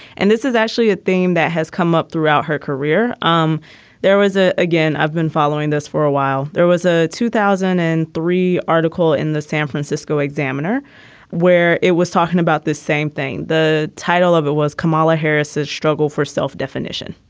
and this is actually a theme that has come up throughout her career. um there was a again, i've been following this for a while. there was a two thousand and three article in the san francisco examiner where it was talking about the same thing. the title of it was kamala harris a struggle for self-definition.